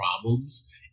problems